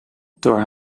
door